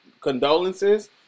condolences